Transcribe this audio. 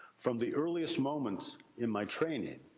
from the earliest moments in my training.